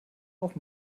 auch